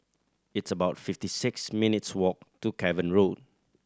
it's about fifty six minutes' walk to Cavan Road